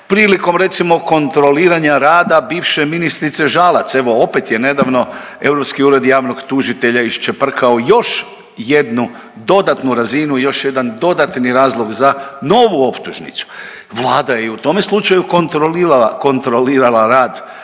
prilikom, recimo, kontroliranja rada bivše ministrice Žalac, evo, opet je nedavno Europski ured javnog tužitelja iščeprkao još jednu dodatnu razinu i još jedan dodatni razlog za novu optužnicu, Vlada je i u tome slučaju kontrolirala rad